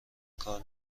کار